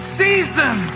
season